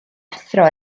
athro